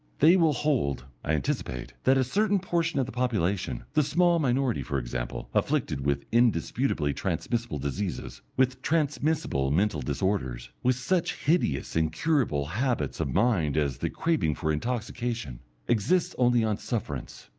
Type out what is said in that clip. they will hold, i anticipate, that a certain portion of the population the small minority, for example, afflicted with indisputably transmissible diseases, with transmissible mental disorders, with such hideous incurable habits of mind as the craving for intoxication exists only on sufferance,